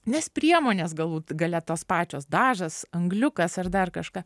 nes priemonės galų gale tos pačios dažas angliukas ar dar kažką